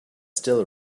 still